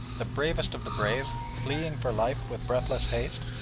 the bravest of the brave, fleeing for life with breathless haste?